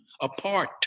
apart